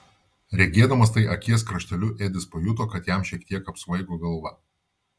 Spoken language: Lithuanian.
regėdamas tai akies krašteliu edis pajuto kad jam šiek tiek apsvaigo galva